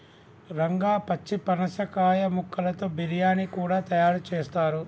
రంగా పచ్చి పనసకాయ ముక్కలతో బిర్యానీ కూడా తయారు చేస్తారు